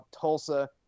Tulsa